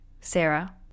Sarah